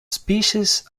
species